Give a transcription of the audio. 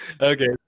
Okay